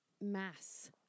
mass